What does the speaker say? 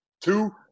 two